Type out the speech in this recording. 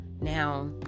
now